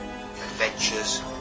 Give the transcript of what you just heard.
Adventures